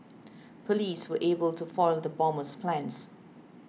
police were able to foil the bomber's plans